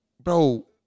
Bro